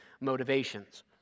motivations